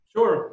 Sure